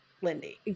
Lindy